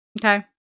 Okay